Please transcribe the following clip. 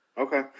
Okay